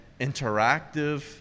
interactive